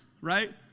right